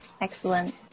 Excellent